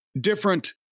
different